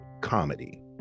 comedy